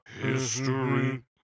history